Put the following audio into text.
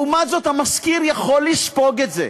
לעומת זאת, המשכיר יכול לספוג את זה,